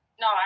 no